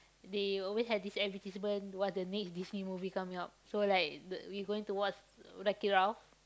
they will always have this advertisement what the next Disney movie coming out so like the we going to watch Wreck It Ralph